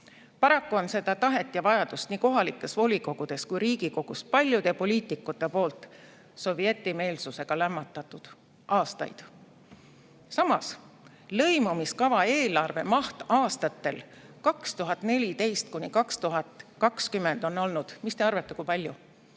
Paraku on seda tahet ja vajadust nii kohalikes volikogudes kui ka Riigikogus paljude poliitikute poolt sovetimeelsusega lämmatatud aastaid. Samas lõimumiskava eelarve maht aastatel 2014–2020 on olnud – mis te arvate, kui palju?